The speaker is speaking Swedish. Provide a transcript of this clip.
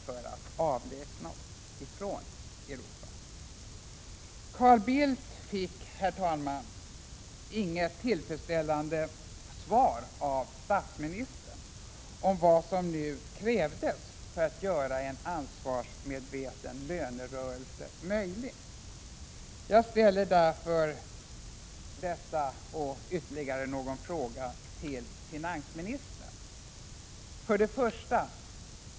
Herr talman! Carl Bildt fick inget tillfredsställande svar av statsministern om vad som nu krävs för att göra en ansvarsmedveten lönerörelse möjlig. Jag ställer därför några frågor till Kjell-Olof Feldt.